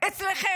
גם אצלכם